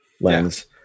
lens